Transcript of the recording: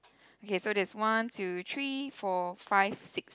okay so there's one two three four five six